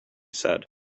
said